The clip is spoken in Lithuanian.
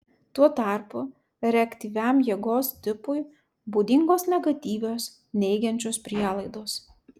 tuo tarpu reaktyviam jėgos tipui būdingos negatyvios neigiančios prielaidos